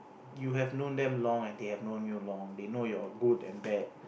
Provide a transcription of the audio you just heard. you have known them long and they have known you long they know your good and bad